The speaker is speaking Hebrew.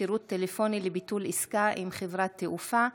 (שירות טלפוני לביטול עסקה עם חברת תעופה),